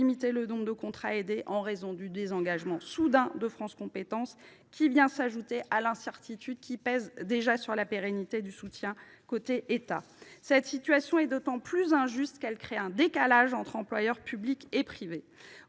limiter le nombre de contrats aidés, en raison du désengagement soudain de France Compétences, qui vient s’ajouter à l’incertitude qui pesait déjà sur la pérennité du soutien de l’État. Cette situation est d’autant plus injuste qu’elle crée un décalage entre employeurs privés et publics.